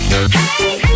Hey